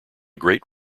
great